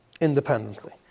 independently